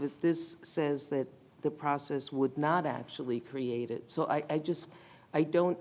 it this says that the process would not actually create it so i just i don't